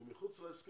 הם מחוץ להסכם,